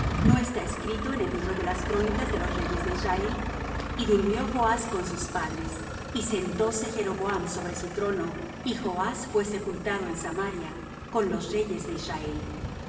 no está escrito en el libro de las crónicas de los reyes de israel y durmió joas con sus padres y fué sepultado en samaria con los reyes de israel